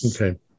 Okay